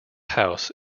house